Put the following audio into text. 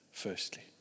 firstly